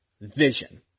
Vision